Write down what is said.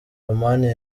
romania